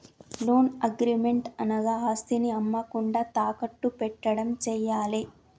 loan agreement అనగా ఆస్తిని అమ్మకుండా తాకట్టు పెట్టడం చేయాలే